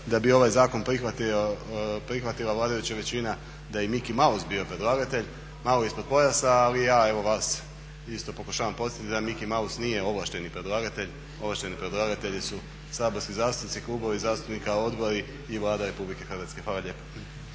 da bi ovaj zakon prihvatila vladajuća većina da je Miki Maus bio predlagatelj, malo ispod pojasa ali ja evo vas isto tako pokušavam podsjetiti da Miki Maus nije ovlašteni predlagatelj. Ovlašteni predlagatelji su saborski zastupnici, klubovi zastupnika, odbori i Vlada Republike Hrvatske. Hvala lijepa.